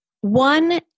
One